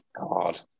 God